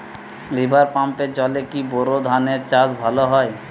River পাম্পের জলে কি বোর ধানের চাষ ভালো হয়?